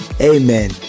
amen